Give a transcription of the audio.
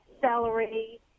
celery